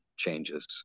changes